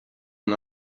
and